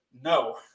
no